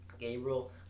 Gabriel